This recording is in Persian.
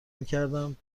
میکردم